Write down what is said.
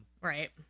Right